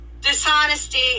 dishonesty